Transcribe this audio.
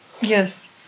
Yes